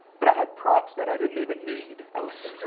but i had props that i didn't even need. i was